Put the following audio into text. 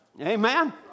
Amen